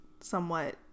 somewhat